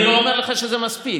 אני לא אומר לך שזה מספיק,